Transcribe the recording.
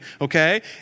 okay